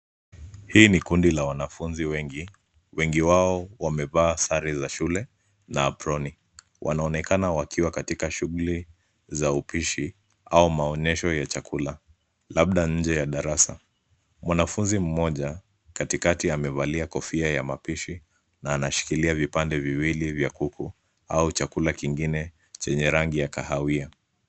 Hii ni kundi la wanafunzi wengi. Wengi wao wamevaa sare za shule na aproni. Wanaonekana wakiwa katika shughuli za upishi au maonesho ya chakula, labda nje ya darasa. Mwanafunzi mmoja katikati amevalia kofia ya mapishi, na anashikilia vipande viwili vya kuku ua chakula kingine chenye rangi ya kahawia.